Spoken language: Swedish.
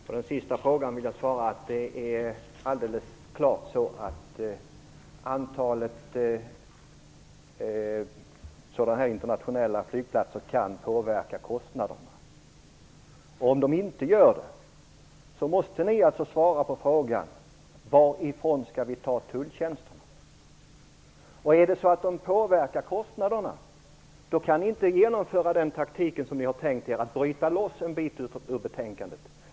Fru talman! På den sista frågan vill jag svara att det är alldeles klart så att antalet internationella flygplatser kan påverka kostnaderna. Om de inte gör det måste ni svara på frågan: Varifrån skall ni ta tulltjänsterna? Om de å andra sidan påverkar kostnaderna, då kan ni inte genomföra den tilltänkta taktiken att bryta loss en bit ur betänkandet.